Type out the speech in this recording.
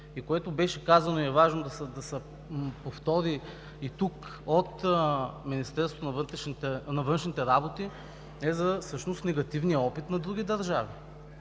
което беше казано и е важно да се повтори и тук от Министерството на външните работи, е всъщност за негативния опит на други държави.